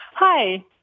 Hi